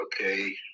Okay